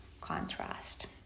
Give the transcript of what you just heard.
contrast